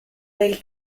del